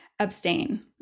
Abstain